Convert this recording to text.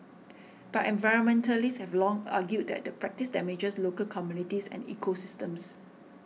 but environmentalists have long argued that the practice damages local communities and ecosystems